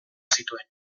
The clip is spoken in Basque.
zituen